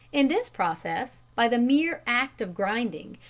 in this process, by the mere act of grinding,